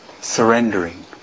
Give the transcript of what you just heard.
surrendering